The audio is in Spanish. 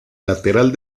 lateral